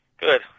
Good